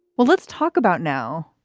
well, let's talk about now,